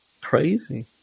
crazy